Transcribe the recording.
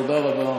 תודה רבה.